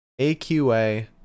AQA